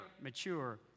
mature